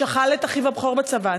שכל את אחיו הבכור בצבא,